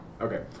Okay